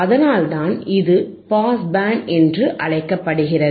அதனால்தான் இது pass band என்று அழைக்கப்படுகிறது